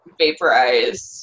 vaporize